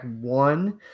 one